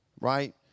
right